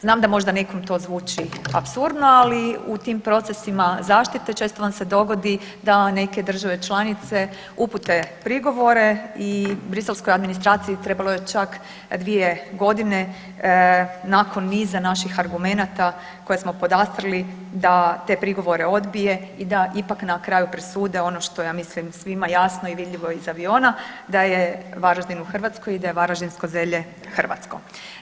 Znam da možda nekom to zvuči apsurdno, ali u tim procesima zaštite često vam se dogodi da neke države članice upute prigovore i bruxelleskoj administraciji trebalo je čak 2 godine nakon niza naših argumenata koje smo podastrli da te prigovore odbije i da ipak na kraju presude ono što je ja mislim svima jasno i vidljivo iz aviona da je Varaždin u Hrvatskoj i da je varaždinsko zelje hrvatsko.